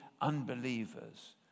unbelievers